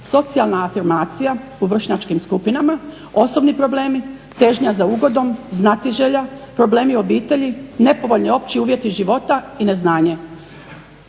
socijalna afirmacija po vršnjačkim skupinama osobni problemi, težnja za ugodom, znatiželja, problemi obitelji, nepovoljni opći uvjeti života i neznanje.